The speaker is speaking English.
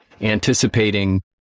anticipating